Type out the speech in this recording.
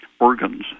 organs